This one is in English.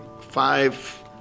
five